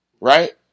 Right